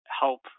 help